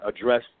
address